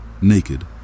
naked